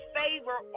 favor